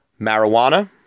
marijuana